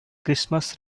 christmas